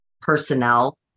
personnel